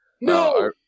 No